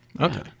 okay